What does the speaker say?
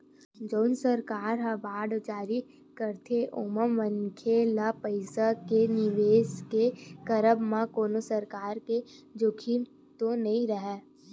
जउन सरकार ह बांड जारी करथे ओमा मनखे ल पइसा के निवेस के करब म कोनो परकार के जोखिम तो नइ राहय